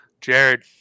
Jared